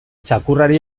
txakurrari